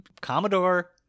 Commodore